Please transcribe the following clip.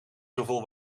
zoveel